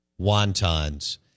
wontons